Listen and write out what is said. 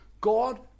God